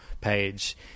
page